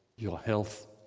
your health,